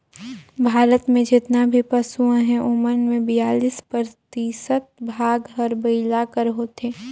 भारत में जेतना भी पसु अहें ओमन में बियालीस परतिसत भाग हर बइला कर होथे